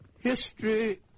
History